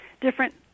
different